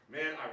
Man